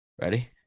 Ready